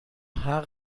همه